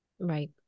Right